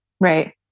right